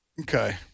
Okay